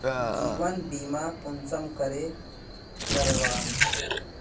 जीवन बीमा कुंसम करे करवाम?